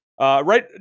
right